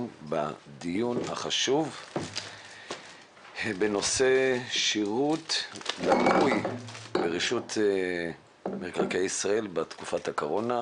בדיון החשוב בנושא שירות ברשות מקרקעי ישראל בתקופת הקורונה.